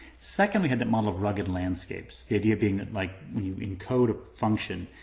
second, we had that model of rugged landscapes, the idea being that like, when you encode a function,